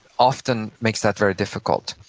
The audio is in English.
often makes that very difficult.